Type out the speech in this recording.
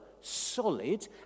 solid